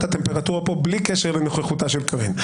הטמפרטורה פה בלי קשר לנוכחותה של קארין.